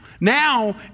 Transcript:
Now